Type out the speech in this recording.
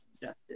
justice